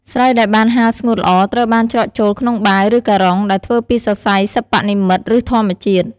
ស្រូវដែលបានហាលស្ងួតល្អ ត្រូវបានច្រកចូលក្នុងបាវ ឬការុង ដែលធ្វើពីសរសៃសិប្បនិម្មិត ឬធម្មជាតិ។